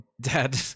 dad